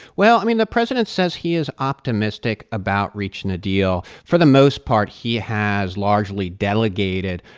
well, i mean, the president says he is optimistic about reaching a deal. for the most part, he has largely delegated,